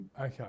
Okay